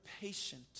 patient